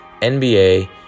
NBA